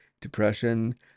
depression